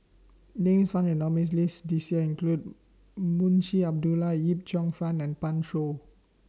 Names found in nominees' list This Year include Munshi Abdullah Yip Cheong Fun and Pan Shou